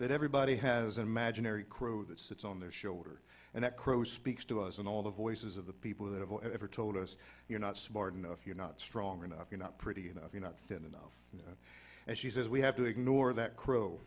that everybody has an imaginary crow that sits on their shoulder and that crow speaks to us and all the voices of the people that have ever told us you're not smart enough you're not strong enough you not pretty enough you're not thin enough and she says we have to ignore that crow